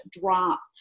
drop